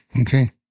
okay